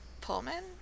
Pullman